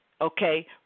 okay